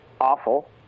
Awful